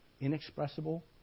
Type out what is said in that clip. inexpressible